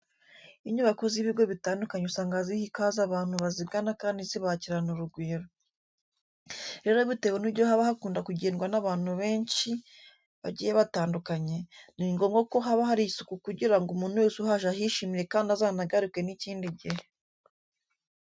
Inyubako z'ibigo bitandukanye usanga ziha ikaze abantu bazigana kandi zikabakirana urugwiro. Rero bitewe n'uburyo haba hakunda kugendwa n'abantu benshi bagiye batandukanye, ni ngombwa ko haba hari isuku kugira ngo umuntu wese uhaje ahishimire kandi azanagaruke n'ikindi gihe.